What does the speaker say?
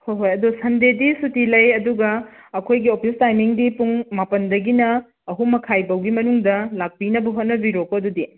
ꯍꯣꯏ ꯍꯣꯏ ꯑꯗꯣ ꯁꯨꯟꯗꯦꯗꯤ ꯁꯨꯇꯤ ꯂꯩ ꯑꯗꯨꯒ ꯑꯩꯈꯣꯏꯒꯤ ꯑꯣꯐꯤꯁ ꯇꯥꯏꯃꯤꯡꯗꯤ ꯄꯨꯡ ꯃꯥꯄꯜꯗꯒꯤꯅ ꯑꯍꯨꯝ ꯃꯈꯥꯏꯕꯧꯒꯤ ꯃꯅꯨꯡꯗ ꯂꯥꯛꯄꯤꯅꯕ ꯍꯣꯠꯅꯕꯤꯔꯣꯀꯣ ꯑꯗꯨꯗꯤ